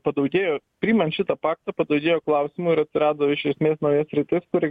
padaugėjo priimant šitą paktą padaugėjo klausimų ir atsirado iš esmės nauja sritis kuri